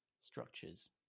structures